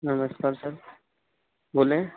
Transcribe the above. नमस्कार सर बोलें